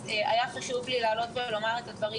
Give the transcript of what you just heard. היה לי חשוב לעלות ולומר את הדברים.